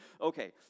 Okay